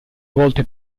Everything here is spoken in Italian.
volte